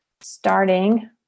starting